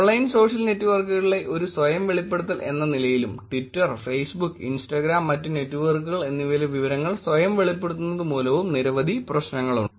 online social നെറ്റ്വർക്കുകളിലൂടെ ഒരു സ്വയം വെളിപ്പെടുത്തൽ എന്ന നിലയിലും ട്വിറ്റർ ഫേസ്ബുക്ക് ഇൻസ്റ്റാഗ്രാം മറ്റ് നെറ്റ്വർക്കുകൾ എന്നിവയിലെ വിവരങ്ങൾ സ്വയം വെളിപ്പെടുത്തുന്നതുമൂലവും നിരവധി പ്രശ്നങ്ങളുണ്ട്